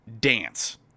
dance